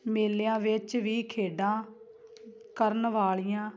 ਮੇਲਿਆਂ ਵਿੱਚ ਵੀ ਖੇਡਾਂ ਕਰਨ ਵਾਲੀਆਂ